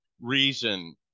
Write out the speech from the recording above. reason